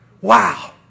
Wow